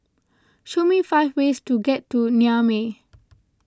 show me five ways to get to Niamey